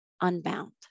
unbound